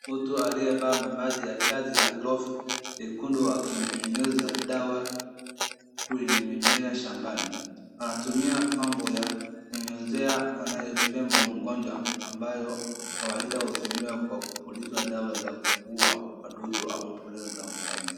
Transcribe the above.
Mtu aliyevaa mavazi ya kazi na glovu nyekundu akinyunyiza dawa kwenye mimea shambani. Anatumia pump ya kunyunyizia anayopambwa mgonjwa ambayo kawaida hutumiwa kwa kupuliza dawa za kuua wadudu au mbolea shambani.